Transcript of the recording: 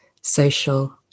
social